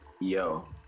yo